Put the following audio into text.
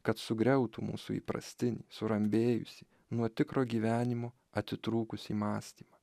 kad sugriautų mūsų įprastinį surambėjusį nuo tikro gyvenimo atitrūkusį mąstymą